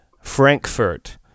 Frankfurt